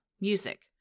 music